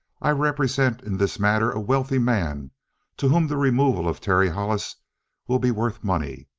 i represent in this matter a wealthy man to whom the removal of terry hollis will be worth money.